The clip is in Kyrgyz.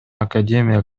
академия